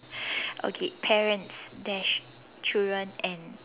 okay parents dash children and